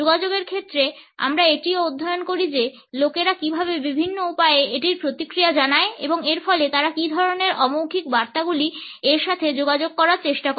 যোগাযোগের ক্ষেত্রে আমরা এটিও অধ্যয়ন করি যে লোকেরা কীভাবে বিভিন্ন উপায়ে এটির প্রতি প্রতিক্রিয়া জানায় এবং এরফলে তারা কী ধরণের অমৌখিক বার্তাগুলি এর সাথে যোগাযোগ করার চেষ্টা করে